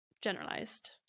generalized